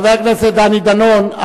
חבר הכנסת דני דנון,